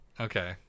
okay